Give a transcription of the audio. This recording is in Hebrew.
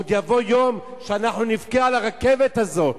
עוד יבוא יום שאנחנו נבכה על הרכבת הזאת.